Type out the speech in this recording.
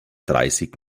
dreißig